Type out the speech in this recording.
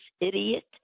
idiot